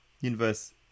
universe